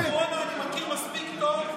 את נושא הקורונה אני מכיר מספיק טוב.